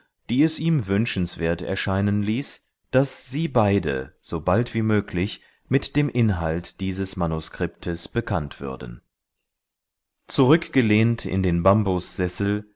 die es ihm wünschenswert erscheinen ließ daß sie beide so bald wie möglich mit dem inhalt dieses manuskriptes bekannt würden zurückgelehnt in den